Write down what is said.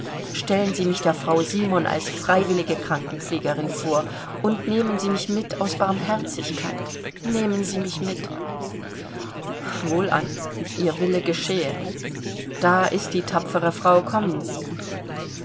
stellen sie mich der frau simon als freiwillige krankenpflegerin vor und nehmen sie mich mit aus barmherzigkeit nehmen sie mich mit wohlan ihr wille geschehe da ist die tapfere frau kommen sie